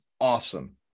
awesome